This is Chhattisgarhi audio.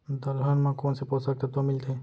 दलहन म कोन से पोसक तत्व मिलथे?